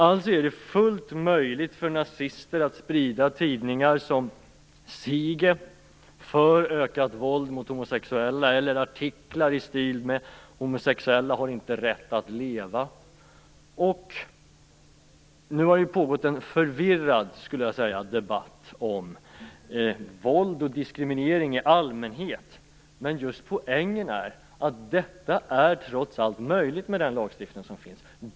Alltså är det fullt möjligt för nazister att sprida tidningar som "Siege - för ökat våld mot homosexuella" eller artiklar om att homosexuella inte har rätt att leva. Jag skulle vilja säga att det har pågått en förvirrad debatt om våld och diskriminering i allmänhet. Poängen är att detta trots allt är möjligt med den lagstiftning som finns.